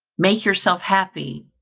make yourself happy,